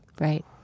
right